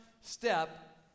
step